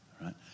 right